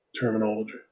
terminology